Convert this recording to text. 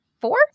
four